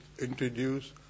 introduce